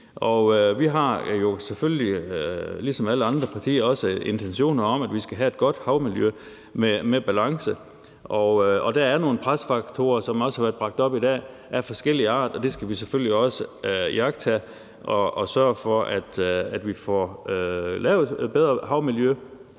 Vi har jo selvfølgelig ligesom alle andre partier også intentioner om, at vi skal have et godt havmiljø med balance, og der er nogle presfaktorer, som også har været bragt op i dag, af forskellig art, og dem skal vi selvfølgelig også iagttage, og vi skal sørge for, at vi får lavet et bedre havmiljø,